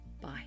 bye